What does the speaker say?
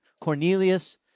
Cornelius